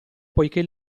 poichè